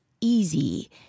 easy